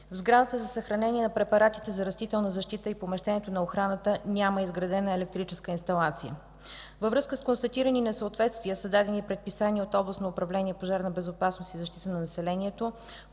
В сградата за съхранение на препаратите за растителна защита и помещението на охраната няма изградена електрическа инсталация. Във връзка с констатирани несъответствия са дадени предписания от Областно управление „Пожарна безопасност и защита на населението”,